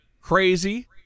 crazy